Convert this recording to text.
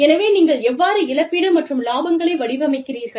எனவே நீங்கள் எவ்வாறு இழப்பீடு மற்றும் இலாபங்களை வடிவமைக்கிறீர்கள்